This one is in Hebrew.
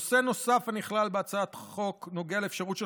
נושא נוסף הנכלל בהצעת החוק נוגע לאפשרות של